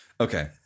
Okay